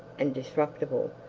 and disreputable,